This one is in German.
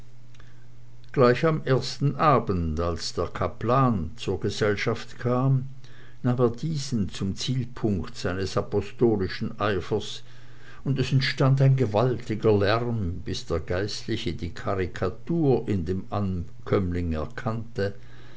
gleich am ersten abend als der kaplan zur gesellschaft kam nahm er diesen zum zielpunkt seines apostolischen eifers und es entstand ein gewaltiger lärm bis der geistliche die karikatur in dem ankömmling erkannte